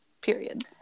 period